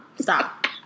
Stop